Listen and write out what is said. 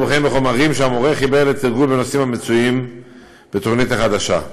וכן בחומרים שהמורה חיבר לתרגול בנושאים המצויים בתוכנית החדשה.